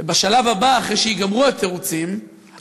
ובשלב הבא, אחרי שייגמרו התירוצים, תודה.